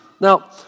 Now